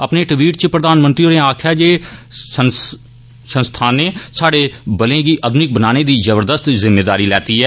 अपने टवीट इच प्रधानमंत्री होरें आक्खेया जे संस्थानें सादे बलें गी आधनिक बनाने दी जबरदस्त जिम्मेदारी लैती ऐ